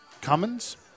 Cummins